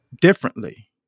differently